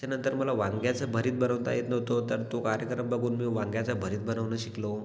त्यानंतर मला वांग्याचं भरीत बनवता येत नव्हतो तर तो कार्यक्रम बघून मी वांग्याचा भरीत बनवणं शिकलो